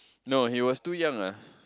no he was too young ah